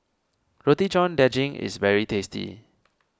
Roti John Daging is very tasty